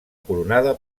coronada